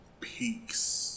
Peace